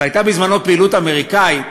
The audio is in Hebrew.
והייתה בזמנו פעילות אמריקנית